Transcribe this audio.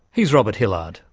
he's robert hillard.